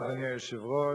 אדוני היושב-ראש,